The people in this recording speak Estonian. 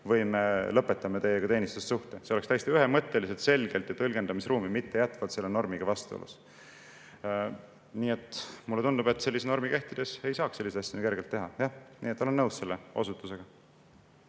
või me lõpetame teiega teenistussuhte. See oleks täiesti ühemõtteliselt, selgelt ja tõlgendamisruumi mittejätvalt selle normiga vastuolus. Mulle tundub, et sellise normi kehtides ei saaks selliseid asju nii kergelt teha. Nii et ma olen nõus selle osutusega.